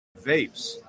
vapes